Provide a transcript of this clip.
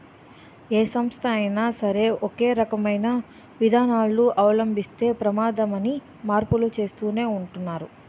ఏ సంస్థ అయినా సరే ఒకే రకమైన విధానాలను అవలంబిస్తే ప్రమాదమని మార్పులు చేస్తూనే ఉంటున్నారు